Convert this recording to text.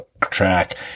track